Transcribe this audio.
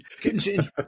continue